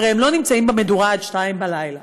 הרי הם לא נמצאים במדורה עד 02:00 בלילה.